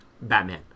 Batman